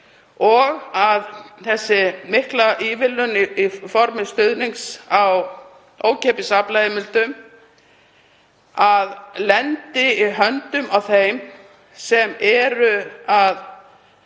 og þessi mikla ívilnun í formi stuðnings á ókeypis aflaheimildum lendi í höndum á þeim sem eru með